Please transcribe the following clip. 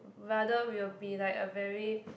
rather we'll be like a very